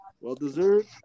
Well-deserved